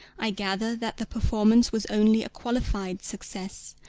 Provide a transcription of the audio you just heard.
i gather that the performance was only a qualified success,